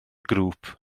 grŵp